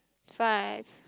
five